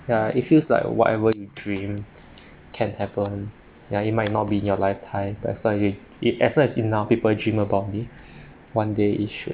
ya it feels like whatever you dream can happen ya it might not be in your lifetime but as long as it effort enough people dream about it one day it should